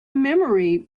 memory